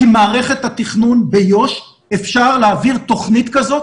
כי במערכת התכנון ביו"ש אפשר להעביר תוכנית כזאת